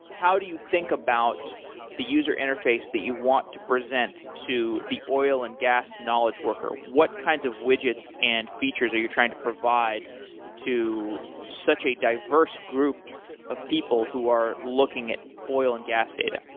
how do you think about the user interface that you want to present to the oil and gas knowledge worker? what kinds of widgets and features are you trying to provide to such a diverse group of people who are looking at oil and gas data?